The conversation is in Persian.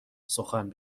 سخن